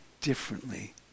differently